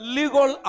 legal